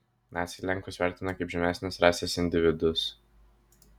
naciai lenkus vertino kaip žemesnės rasės individus